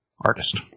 artist